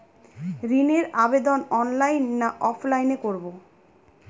ঋণের আবেদন অনলাইন না অফলাইনে করব?